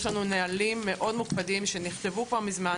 יש לנו נהלים מאוד מוקפדים שנכתבו כבר מזמן,